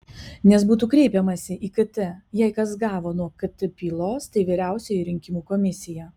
nes būtų kreipiamasi į kt jei kas gavo nuo kt pylos tai vyriausioji rinkimų komisija